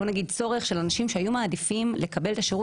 צורך של אנשים שהיו מעדיפים לקבל את השירות